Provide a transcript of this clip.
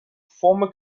former